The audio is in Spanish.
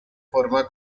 forma